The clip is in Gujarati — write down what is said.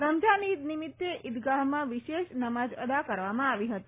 રમઝાન ઇદ નિમિત્તે ઇદગાા્માં વિશેષ નમાજ અદા કરવામાં આવી હતી